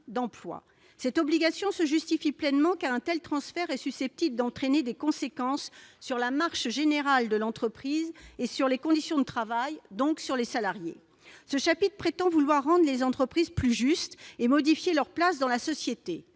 Cette obligation se justifie pleinement, car un tel transfert est susceptible d'entraîner des conséquences sur la marche générale de l'entreprise et sur les conditions de travail, donc sur les salariés. Le chapitre III de ce projet de loi est sous-tendu par l'ambition de rendre les entreprises plus justes et de modifier leur place dans la société.